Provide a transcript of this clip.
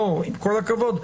עם כל הכבוד,